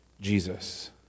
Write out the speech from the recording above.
Jesus